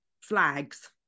flags